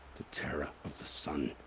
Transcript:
the terror of the sun.